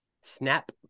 Snap